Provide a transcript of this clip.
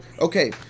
Okay